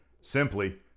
Simply